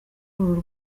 uru